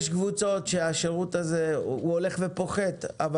השירות הזה הולך ופוחת.